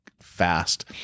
fast